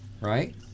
right